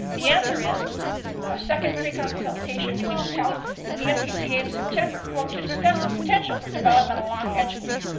the answer is a second preconsultation meeting was held with the npca in september, quote, to discuss a potential for development along edgeworth.